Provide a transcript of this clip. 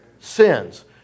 Sins